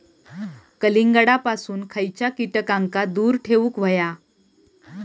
कलिंगडापासून खयच्या कीटकांका दूर ठेवूक व्हया?